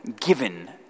given